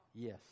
Yes